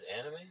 anime